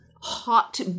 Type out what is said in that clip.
Hot